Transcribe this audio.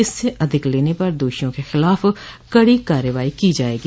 इससे अधिक लेने पर दोषियों के खिलाफ कड़ी कार्रवाई की जायेगी